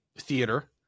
theater